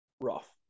Rough